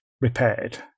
repaired